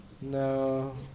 No